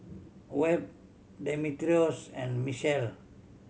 Webb Demetrios and Mechelle